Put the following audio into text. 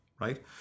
right